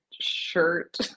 shirt